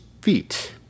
feet